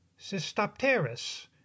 Cystopteris